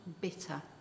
bitter